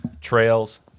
Trails